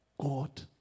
God